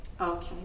Okay